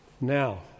Now